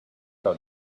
out